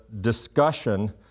discussion